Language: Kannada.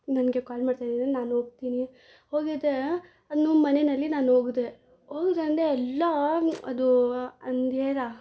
ನನಗೆ ಕಾಲ್ ಮಾಡ್ತಿದ್ರಿಂದ ನಾನು ಹೋಗ್ತಿನಿ ಹೋಗಿದ್ದೆ ಅನ್ನು ಮನೆಯಲ್ಲಿ ನಾನು ಹೋಗ್ದೆ ಹೋಗ್ದೆ ಅಂದೆ ಎಲ್ಲ ಅದು ಅಂಧೇರಾ